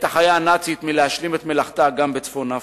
החיה הנאצית מלהשלים את מלאכתה גם בצפון-אפריקה.